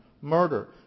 murder